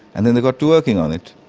and then they got to working on it.